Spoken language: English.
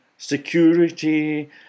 security